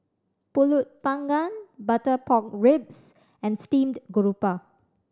Pulut Panggang butter pork ribs and steamed garoupa